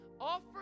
Offer